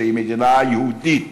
שהיא מדינה יהודית